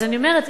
אז אני אומרת,